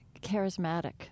charismatic